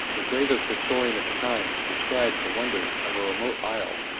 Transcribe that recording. the gravest historian of the times describes the wonders of a remote isle,